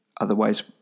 Otherwise